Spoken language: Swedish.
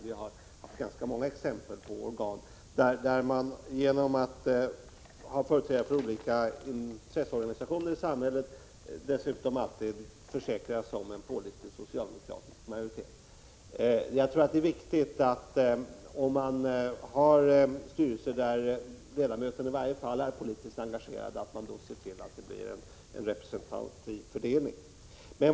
Vi har sett ganska många exempel på organ, där man genom att ha företrädare för olika intresseorganisationer i samhället försäkrar sig om en pålitlig socialdemokratisk majoritet. Jag tror att det är viktigt, om man nu har styrelser som är politiskt engagerade, att se till att det i varje fall blir en representativ fördelning.